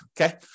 okay